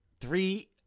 three